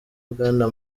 bwana